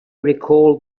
recalled